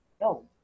No